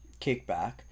kickback